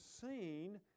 seen